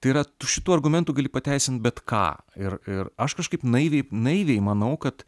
tai yra tu šituo argumentu gali pateisint bet ką ir ir aš kažkaip naiviai naiviai manau kad